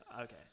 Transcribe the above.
Okay